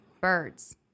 Birds